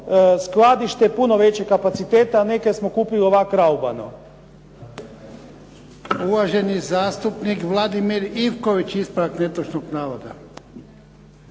skladište puno većeg kapaciteta, a ne kaj smo kupili ovako raubano. **Jarnjak, Ivan (HDZ)** Uvaženi zastupnik Vladimir Ivković, ispravak netočnog navoda.